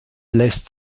lässt